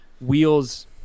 wheels